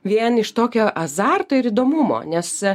vien iš tokio azarto ir įdomumo nes